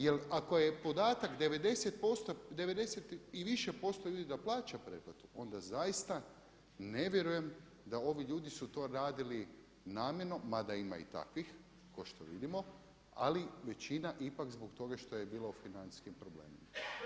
Jer ako je podatak 90 i više posto ljudi da plaća pretplatu onda zaista ne vjerujem da ovi ljudi su to radili namjerno, mada ima i takvih kao što vidimo, ali većina ipak zbog toga što je bila u financijskim problemima.